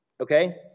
Okay